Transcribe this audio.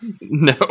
No